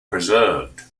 preserved